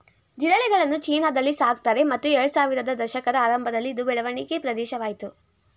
ಜಿರಳೆಗಳನ್ನು ಚೀನಾದಲ್ಲಿ ಸಾಕ್ತಾರೆ ಮತ್ತು ಎರಡ್ಸಾವಿರದ ದಶಕದ ಆರಂಭದಲ್ಲಿ ಇದು ಬೆಳವಣಿಗೆ ಪ್ರದೇಶವಾಯ್ತು